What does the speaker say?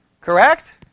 Correct